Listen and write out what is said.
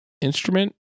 instrument